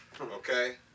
Okay